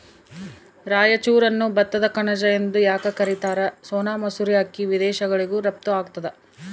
ರಾಯಚೂರನ್ನು ಭತ್ತದ ಕಣಜ ಎಂದು ಯಾಕ ಕರಿತಾರ? ಸೋನಾ ಮಸೂರಿ ಅಕ್ಕಿ ವಿದೇಶಗಳಿಗೂ ರಫ್ತು ಆಗ್ತದ